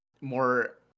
more